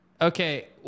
okay